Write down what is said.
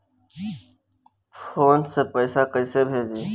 Phone से पैसा कैसे भेजी?